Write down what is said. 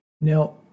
Now